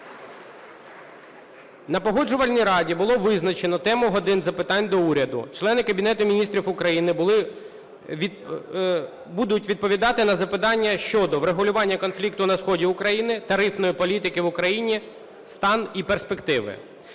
На Погоджувальній раді було визначено тему "години запитань до Уряду". Члени Кабінету Міністрів України будуть відповідати на запитання щодо врегулювання конфлікту на сході України, тарифної політики в України: стан і перспективи.